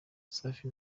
safi